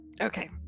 Okay